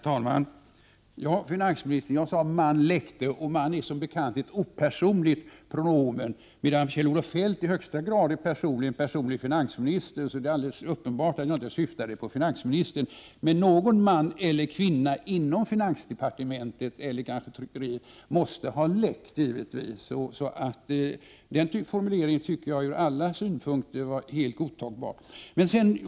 Herr talman! Ja, finansministern, jag sade ”man” läckte. ”Man” är som bekant ett opersonligt pronomen, medan Kjell-Olof Feldt i högsta grad personligen är finansminister. Det är alltså helt uppenbart att jag inte syftade på finansministern. Men någon man eller kvinna inom finansdepartementet eller kanske tryckeriet måste ha läckt. Den formulering jag använde tycker jag var helt godtagbar ur alla synpunkter.